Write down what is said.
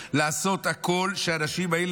לעשות הכול שהאנשים האלה,